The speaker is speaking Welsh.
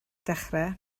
dechrau